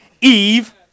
Eve